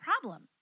problem